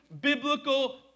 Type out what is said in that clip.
biblical